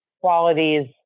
qualities